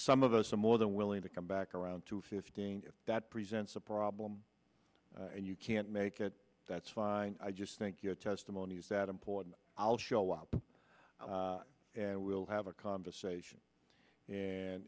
some of us are more than willing to come back around two fifteen if that presents a problem and you can't make it that's fine i just think your testimony is that important i'll show up and we'll have a conversation and